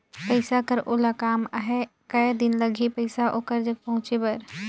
पइसा कर ओला काम आहे कये दिन लगही पइसा ओकर जग पहुंचे बर?